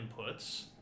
inputs